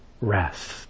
rest